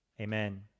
Amen